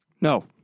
No